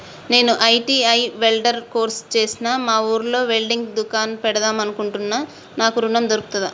నేను ITI welder course చేశ్న మా ఊర్లో వెల్డింగ్ దుకాన్ పెడదాం అనుకుంటున్నా నాకు ఋణం దొర్కుతదా?